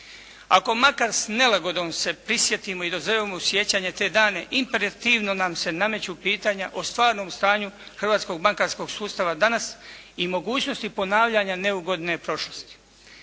Ako makar s nelagodom se prisjetimo i dozovemo u sjećanje te dane imperativno nam se nameću pitanja o stvarnom stanju hrvatskog bankarskog sustava danas i mogućnosti ponavljanje neugodne prošlosti.